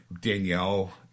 Danielle